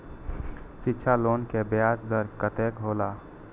शिक्षा लोन के ब्याज दर कतेक हौला?